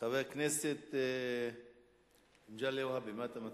חבר הכנסת מגלי והבה, מה אתה מציע?